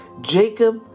Jacob